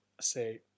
say